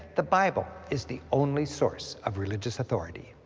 the bible is the only source of religious authority.